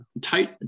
tight